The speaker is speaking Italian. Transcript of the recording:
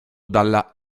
dalla